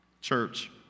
Church